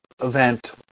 event